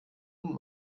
und